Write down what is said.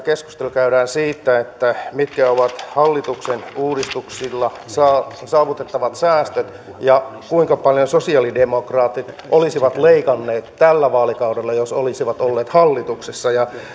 keskustelu käydään siitä mitkä ovat hallituksen uudistuksilla saavutettavat säästöt ja kuinka paljon sosi alidemokraatit olisivat leikanneet tällä vaalikaudella jos olisivat olleet hallituksessa ja